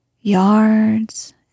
yards